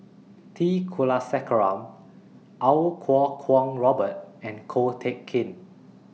T Kulasekaram Iau Kuo Kwong Robert and Ko Teck Kin